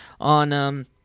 on